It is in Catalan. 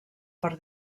per